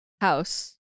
house